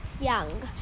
Young